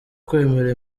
kwemera